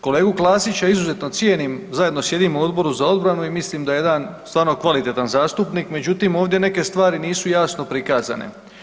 Kolegu Klasića izuzetno cijenim, zajedno sjedimo u Odboru za obranu i mislim da je jedan stvarno kvalitetan zastupnik međutim ovdje neke stvari nisu jasno prikazane.